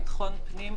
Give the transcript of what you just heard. ביטחון פנים.